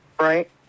right